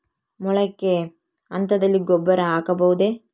ಮೊಳಕೆ ಹಂತದಲ್ಲಿ ಗೊಬ್ಬರ ಹಾಕಬಹುದೇ?